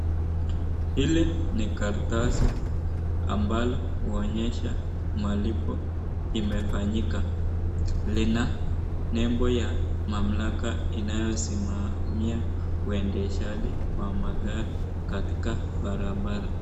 Hili ni karatasi ambayo inaonesha malipo imefanyika. Lina nembo ya mamlaka inayosimamia waendeshaji wa magari katika barabara.